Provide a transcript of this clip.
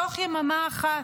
בתוך יממה אחת,